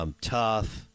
Tough